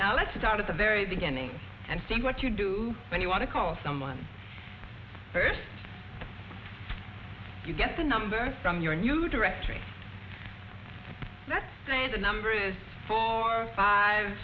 let's start at the very beginning and see what you do when you want to call someone first you get the number from your new directory that day the number is four five